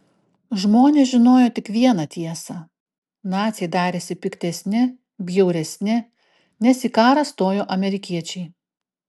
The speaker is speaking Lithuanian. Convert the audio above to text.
žmonės žinojo tik vieną tiesą naciai darėsi piktesni bjauresni nes į karą stojo amerikiečiai